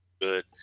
good